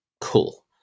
cool